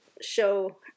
show